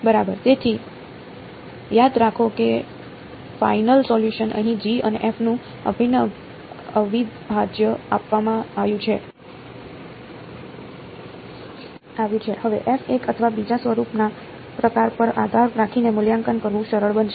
બરાબર તેથી યાદ રાખો કે ફાઇનલ સોલ્યુસન અહીં G અને Fનું અભિન્ન અવિભાજ્ય આપવામાં આવ્યું છે હવે f એક અથવા બીજા સ્વરૂપના પ્રકાર પર આધાર રાખીને મૂલ્યાંકન કરવું સરળ બનશે